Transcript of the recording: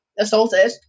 assaulted